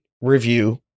review